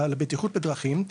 לבטיחות בדרכים,